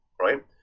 right